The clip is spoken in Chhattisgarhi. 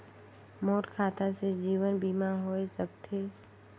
मोर खाता से जीवन बीमा होए सकथे?